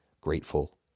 grateful